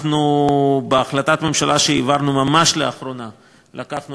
בהחלטת ממשלה שהעברנו ממש לאחרונה לקחנו